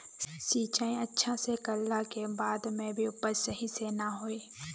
सिंचाई अच्छा से कर ला के बाद में भी उपज सही से ना होय?